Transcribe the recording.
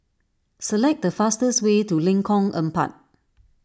select the fastest way to Lengkong Empat